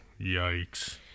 Yikes